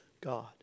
God